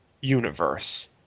universe